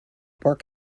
work